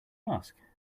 ask